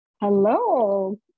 Hello